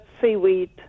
seaweed